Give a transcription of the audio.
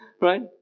right